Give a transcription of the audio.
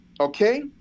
okay